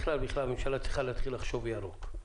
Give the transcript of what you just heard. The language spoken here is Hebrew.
הממשלה צריכה להתחיל לחשוב ירוק.